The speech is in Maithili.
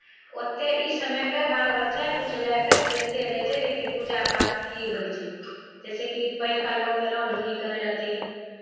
ओतेक ई समयके बाल बच्चा किछु लए कऽ टेरते नैहि छै जेकि पूजा पाठमे की होइ छै जैसेकि पहिलुका लोकमे रामधुनी करैत रहथिन